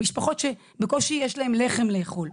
זה משפחות שבקושי יש להן לחם לאכול.